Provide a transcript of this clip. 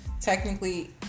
technically